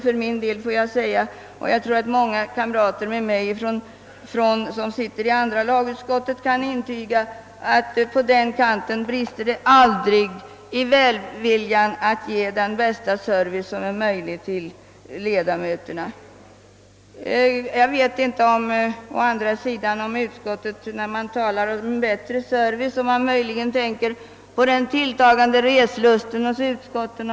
För min del får jag säga — och jag tror många kamrater i andra lagutskottet kan instämma däri att det aldrig brister i välvilja då det gäller att ge ledamöterna bästa möjliga service. När sammansatta utskottet talar om bättre service kanhända utskottet tänker på den tilltagande reslusten inom utskotten.